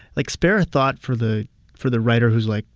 like, spare a thought for the for the writer who's, like,